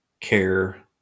care